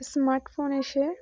smart phone এসে